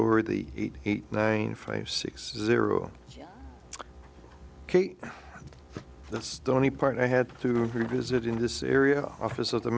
of the eight eight nine five six zero eight that's the only part i had to revisit in this area office of the